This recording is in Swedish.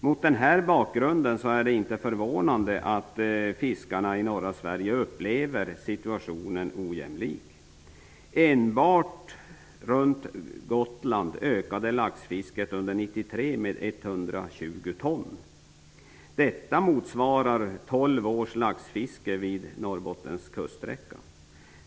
Mot den här bakgrunden är det inte förvånande att fiskarna i norra Sverige upplever situationen som ojämlik. Enbart runt Gotland ökade laxfisket under 1993 med 120 ton. Detta motsvarar tolv års laxfiske vid Norrbottens kuststräcka.